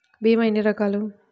భీమ ఎన్ని రకాలు?